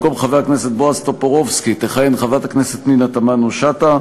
במקום חבר הכנסת בועז טופורובסקי תכהן חברת הכנסת פנינה תמנו-שטה,